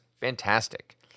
fantastic